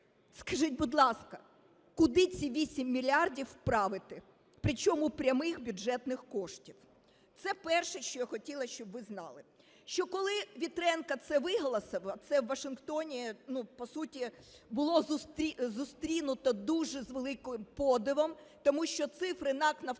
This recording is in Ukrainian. Скажіть, будь ласка, куди ці 8 мільярдів правити, причому прямих бюджетних коштів? Це перше, що я хотіла, щоб ви знали. Що коли Вітренко це виголосив, це у Вашингтоні, по суті, було зустрінуто дуже з великим подивом. Тому що цифри НАК